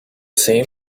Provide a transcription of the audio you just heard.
same